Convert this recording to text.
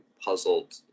puzzled